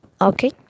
okay